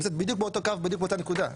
שנמצאת בדיוק באותו קו ובדיוק באותה נקודה?